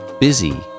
busy